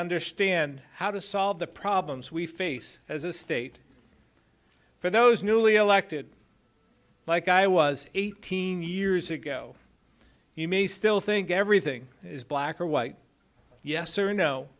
understand how to solve the problems we face as a state for those newly elected like i was eighteen years ago you may still think everything is black or white yes or no